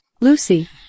Lucy